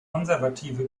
konservative